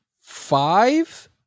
five